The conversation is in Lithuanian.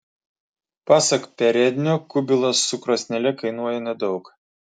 pasak perednio kubilas su krosnele kainuoja nedaug